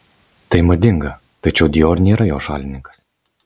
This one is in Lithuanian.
tai madinga tačiau dior nėra jo šalininkas